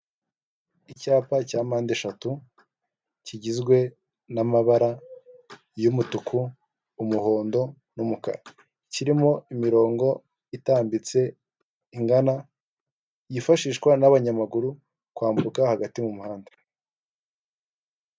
Icyapa cya mpandeshatu kigizwe n'amabara y'umutuku umuhondo n'umukara, kirimo imirongo itambitse ingana yifashishwa n'abanyamaguru kwambuka hagati mu muhanda.